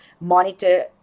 monitor